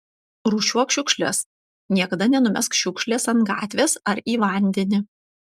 rūšiuok šiukšles niekada nenumesk šiukšlės ant gatvės ar į vandenį